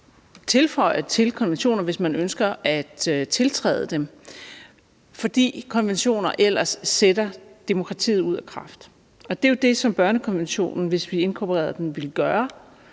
tilføje til konventioner, hvis man ønsker at tiltræde dem, fordi konventioner ellers sætter demokratiet ud af kraft. Og det er jo det, som børnekonventionen, hvis vi inkorporerede den, ville gøre: